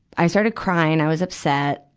i started crying, i was upset,